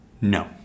No